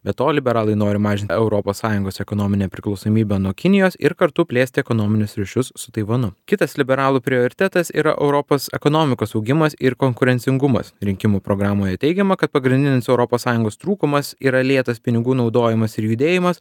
be to liberalai nori mažinti europos sąjungos ekonominę priklausomybę nuo kinijos ir kartu plėsti ekonominius ryšius su taivanu kitas liberalų prioritetas yra europos ekonomikos augimas ir konkurencingumas rinkimų programoje teigiama kad pagrindinis europos sąjungos trūkumas yra lėtas pinigų naudojimas ir judėjimas